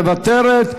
מוותרת,